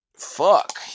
Fuck